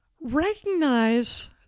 Recognize